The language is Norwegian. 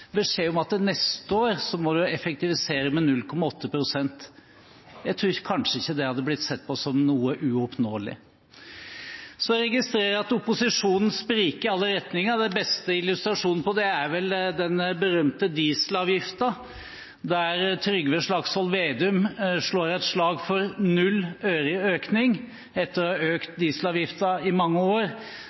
beskjed om at neste år må en effektivisere med 0,8 pst., tror jeg kanskje ikke det hadde blitt sett på som noe uoppnåelig. Så registrerer jeg at opposisjonen spriker i alle retninger. Den beste illustrasjonen på det er vel den berømte dieselavgiften, der Trygve Slagsvold Vedum slår et slag for null øre i økning – etter å ha økt dieselavgiften i mange år